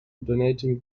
donating